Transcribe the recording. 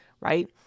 right